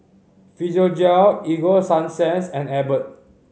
Physiogel Ego Sunsense and Abbott